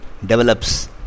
develops